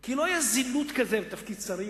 כי לא היתה זילות כזאת של תפקיד שרים,